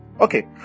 Okay